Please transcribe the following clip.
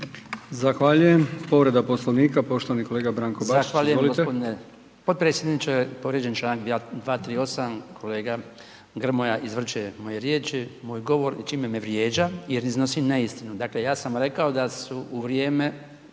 (HDZ)** Povreda Poslovnika, poštovani kolega Branko Bačić, izvolite.